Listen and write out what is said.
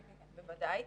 בוודאי.